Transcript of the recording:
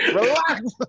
Relax